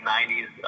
90s